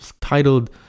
titled